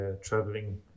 traveling